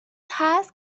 هست